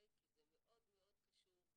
כי זה מאוד קשור,